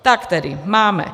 Tak tedy máme: